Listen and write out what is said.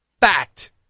fact